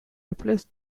replace